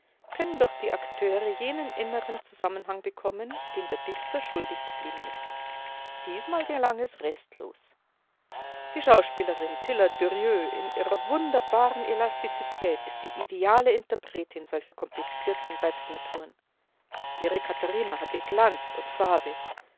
können durch die akteure jenen inneren zusammenhang bekommen den der dichter schuldig geblieben ist diesmal gelang es restlos die schauspielerin tilla durieux in ihrer wunderbaren elastizität ist die ideale interpretin solcher komplizierten weibsnaturen ihre katharina hatte glanz und farbe